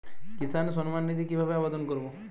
কিষান সম্মাননিধি কিভাবে আবেদন করব?